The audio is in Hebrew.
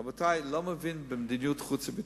רבותי, לא מבין במדיניות חוץ וביטחון,